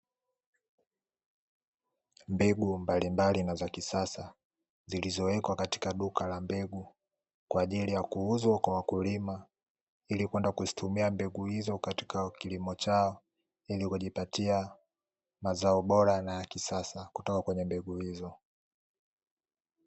Mbegu mbalimbali na za kisasa zilizowekwa katika duka la mbegu kwa ajili ya kuuzwa kwa wakulima, ili kwenda kuzitumia mbegu hizo katika kilimo chao ili kujipatia mazao bora na ya kisasa kutoka kwenye mbegu hizo.